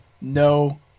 No